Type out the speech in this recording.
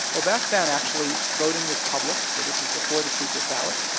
well, back then, actually voting was public. so this is before the secret ballot.